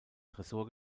tresor